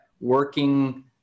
working